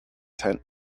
tent